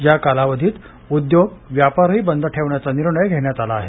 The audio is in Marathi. या कालावधीत उद्योग व्यापारही बंद ठेवण्याचा निर्णय घेण्यात आला आहे